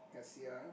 I see ah